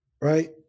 Right